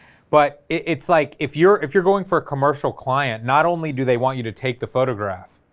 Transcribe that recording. but it's like, if you're, if you're going for a commercial client, not only do they want you to take the photograph,